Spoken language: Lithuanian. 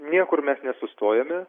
niekur mes nesustojome